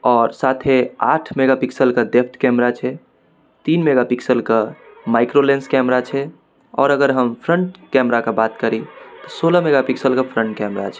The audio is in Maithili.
आओर साथे आठ मेगा पिक्सलके डेप्थ कैमरा छै तीन मेगा पिक्सलके माइक्रोलेन्स कैमरा छै आओर अगर हम फ्रन्ट कैमराके बात करी तऽ सोलह मेगा पिक्सलके फ्रन्ट कैमरा छै